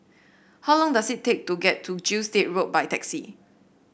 how long does it take to get to Gilstead Road by taxi